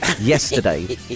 yesterday